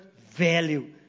value